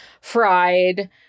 fried